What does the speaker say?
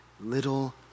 little